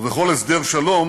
ובכל הסדר שלום